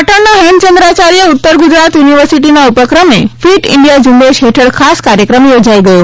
પાટણની હેમચંદ્રાચાર્ય ઉત્તર ગુજરાત યુનિવર્સિટીના ઉપક્રમે ફિટ ઇન્ડિયા ઝુંબેશ હેઠળ ખાસ કાર્યક્રમ યોજાઇ ગયો